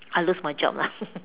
I will lose my job lah